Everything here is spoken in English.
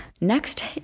Next